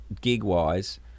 gig-wise